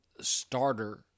starter